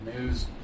news